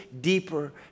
deeper